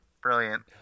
Brilliant